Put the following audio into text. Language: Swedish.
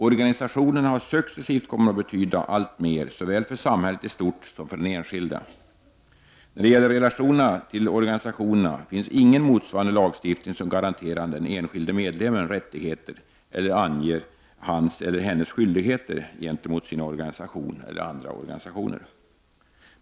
Organisationerna har successivt kommit att betyda alltmer såväl för samhället i stort som för den enskilde. Vad gäller relationerna till organisationerna finns ingen motsvarande lagstiftning som garanterar den enskilde medlemmen rättigheter eller anger hans eller hennes skyldigheter gentemot sin organisation eller andra organisationer.